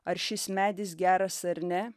ar šis medis geras ar ne